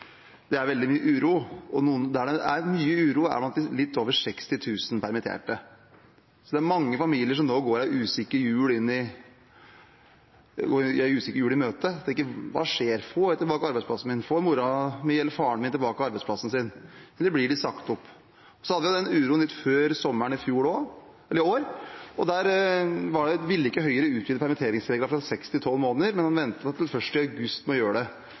Det er veldig mye uro, og der det er mye uro, er blant de litt over 60 000 permitterte. Det er mange familier som nå går en usikker jul i møte og tenker: Hva skjer? Får jeg tilbake arbeidsplassen min? Får moren min eller faren min tilbake arbeidsplassen sin? Eller blir de sagt opp? Vi hadde den uroen litt før sommeren i år også. Da ville ikke Høyre utvide permitteringsreglene fra seks til tolv måneder, man ventet til august med å gjøre det.